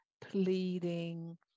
pleading